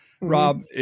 Rob